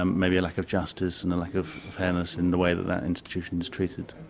um maybe a lack of justice, and a lack of fairness in the way that that institution's treated.